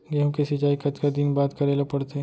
गेहूँ के सिंचाई कतका दिन बाद करे ला पड़थे?